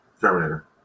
Terminator